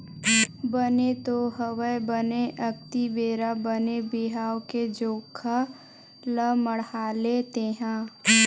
बने तो हवय बने अक्ती बेरा बने बिहाव के जोखा ल मड़हाले तेंहा